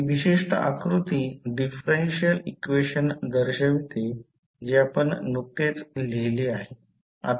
ही विशिष्ट आकृती differential equation दर्शवते जे आपण नुकतेच लिहिलेले आहे